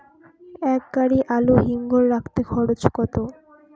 এক গাড়ি আলু হিমঘরে রাখতে খরচ কত?